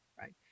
right